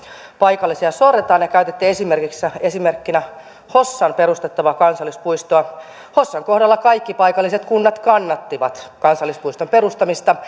paikallisia sorretaan ja käytitte esimerkkinä hossan perustettavaa kansallispuistoa hossan kohdalla kaikki paikalliset kunnat kannattivat kansallispuiston perustamista